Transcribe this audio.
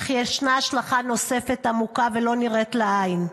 אך יש השלכה נוספת, עמוקה ולא נראית לעין,